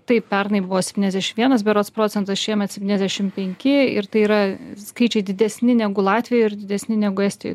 taip pernai buvo septyniasdešim vienas berods procentas šiemet septyniasdešim penki ir tai yra skaičiai didesni negu latvijoj ir didesni negu estijoj